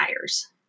tires